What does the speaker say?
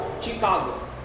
Chicago